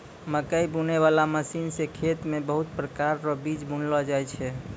मकैइ बुनै बाला मशीन से खेत मे बहुत प्रकार रो बीज बुनलो जाय छै